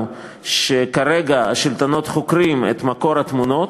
שכרגע השלטונות חוקרים את מקור התמונות,